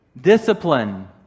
Discipline